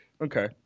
okay